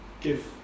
give